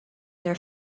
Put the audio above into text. their